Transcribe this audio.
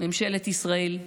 ממשלת ישראל,